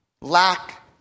lack